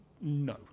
No